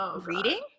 reading